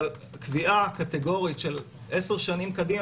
אבל קביעה קטגורית של עשר שנים קדימה